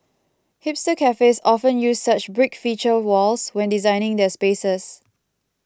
hipster cafes often use such brick feature walls when designing their spaces